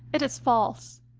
it is false.